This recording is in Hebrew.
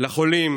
לחולים